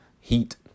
heat